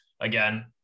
again